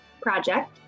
project